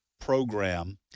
program